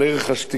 לעומת הדיבור,